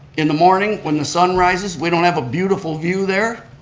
in the morning, when the sun rises, we don't have a beautiful view there,